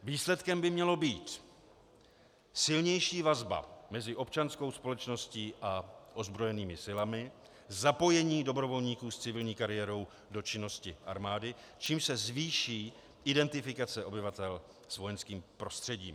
Výsledkem by měla být silnější vazba mezi občanskou společností a ozbrojenými silami, zapojení dobrovolníků s civilní kariérou do činnosti armády, čímž se zvýší identifikace obyvatel s vojenským prostředím.